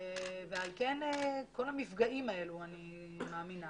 על כן כל המפגעים האלו, אני מאמינה